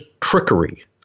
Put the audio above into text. trickery